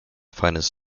finest